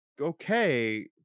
okay